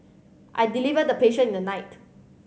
I delivered the patient in the night